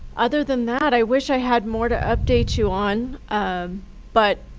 other than that, i wish i had more to update you on. um but